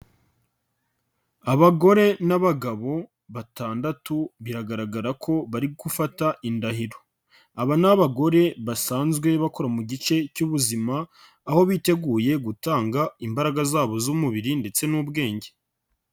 Abagore n'abagabo batandatu biragaragara ko bari gufata indahiro, aba ni abagore basanzwe bakora mu gice cy'ubuzima, aho biteguye gutanga imbaraga zabo z'umubiri ndetse n'ubwenge.